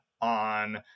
on